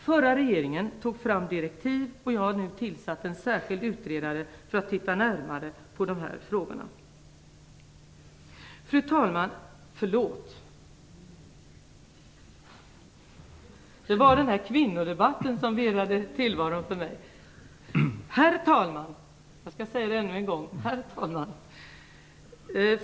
Förra regeringen tog fram direktiv, och jag har nu tillsatt en särskild utredare för att titta närmare på dessa frågor. Herr talman!